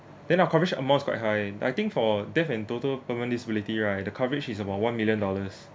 then our coverage on most quite high I think for death and total permanent disability right the coverage is about one million dollars